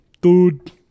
dude